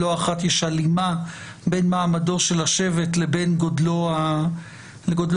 לא אחת יש הלימה בין מעמדו של השבט לבין גודלו המספרי.